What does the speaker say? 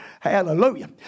hallelujah